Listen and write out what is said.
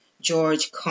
George